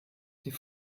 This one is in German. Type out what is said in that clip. die